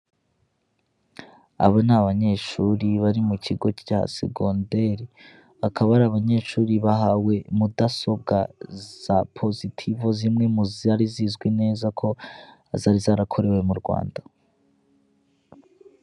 Umugabo wicaye mu kagare k'abafite ubumuga cyangwa se uburwayi, yambaye neza ishati ndetse na karuvati n'ingofero, inyuma ye hakaba hari icyapa gifite ibara ry'ubururu ndetse n'umweru.